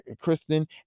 Kristen